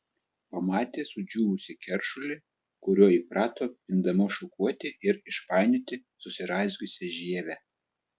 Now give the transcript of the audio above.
pamatė sudžiūvusį keršulį kuriuo įprato pindama šukuoti ir išpainioti susiraizgiusią žievę